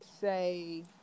say